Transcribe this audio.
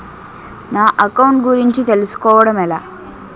నా అకౌంట్ గురించి తెలుసు కోవడం ఎలా?